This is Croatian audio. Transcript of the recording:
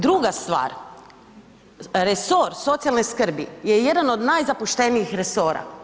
Druga stvar, resor socijalne skrbi je jedan od najzapuštenijih resora.